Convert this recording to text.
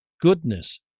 goodness